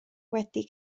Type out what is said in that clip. wedi